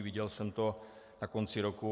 Viděl jsem to na konci roku.